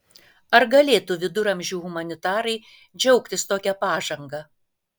ar galėtų viduramžių humanitarai džiaugtis tokia pažanga